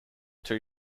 two